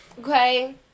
Okay